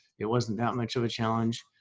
it wasn't that much of a challenge.